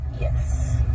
yes